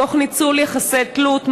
תוך ניצול יחסי תלות,